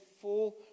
full